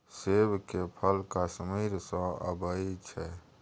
सेब के फल कश्मीर सँ अबई छै